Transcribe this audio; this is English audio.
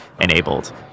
enabled